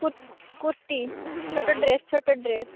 କୁର୍ କୁର୍ତ୍ତୀ ଛୋଟ ଡ୍ରେସ ଛୋଟ ଡ୍ରେସ